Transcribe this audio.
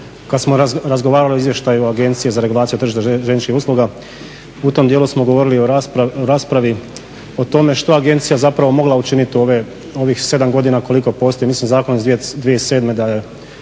kada smo razgovarali o izvještaju Agencije za regulaciju tržišta željezničkih usluga. U tom dijelu smo govorili u raspravi o tome što je agencija mogla učiniti u ovih 7 godina koliko postoji, mislim zakon iz 2007.da je